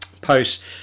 posts